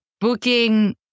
booking